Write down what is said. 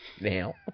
now